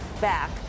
back